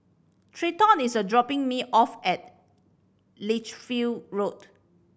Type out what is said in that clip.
Treyton is dropping me off at Lichfield Road